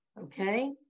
Okay